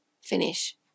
finish